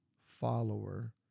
follower